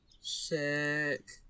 Sick